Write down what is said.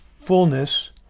fullness